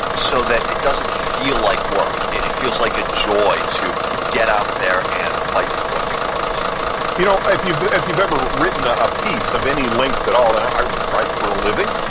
so that it doesn't feel like work. it it feels like a joy to get out there and fight for what you want you know, if you've if you've ever written ah a piece of any length at all, and i write for a living,